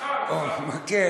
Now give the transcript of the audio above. מחר, מחר.